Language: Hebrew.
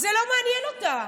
זה לא מעניין אותה.